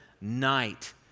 night